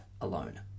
alone